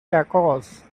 tacos